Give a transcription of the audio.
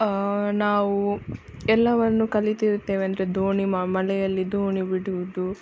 ನಾವು ಎಲ್ಲವನ್ನು ಕಲಿತಿರುತ್ತೇವೆ ಅಂದರೆ ದೋಣಿ ಮಳೆಯಲ್ಲಿ ದೋಣಿ ಬಿಡುವುದು